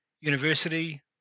University